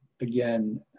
again